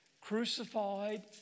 crucified